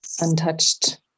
untouched